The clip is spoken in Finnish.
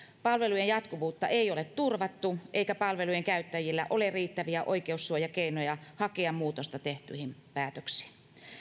palvelujen jatkuvuutta ei ole turvattu eikä palvelujen käyttäjillä ole riittäviä oikeussuojakeinoja hakea muutosta tehtyihin päätöksiin